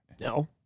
No